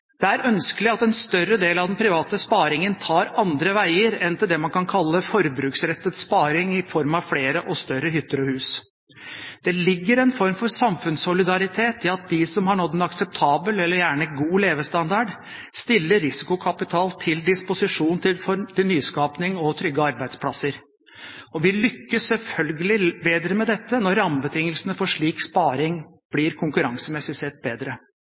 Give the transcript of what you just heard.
Det er ønskelig at en større del av den private sparingen tar andre veier enn til det man kan kalle forbruksrettet sparing i form av flere og større hytter og hus. Det ligger en form for samfunnssolidaritet i at de som har nådd en akseptabel eller gjerne god levestandard, stiller risikokapital til disposisjon til nyskaping og å trygge arbeidsplasser. Vi lykkes selvfølgelig bedre med dette når rammebetingelsene for slik sparing konkurransemessig sett blir bedre,